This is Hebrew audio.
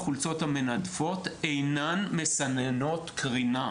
הבנתי שרוב החולצות המנדפות אינן מסננות קרינה.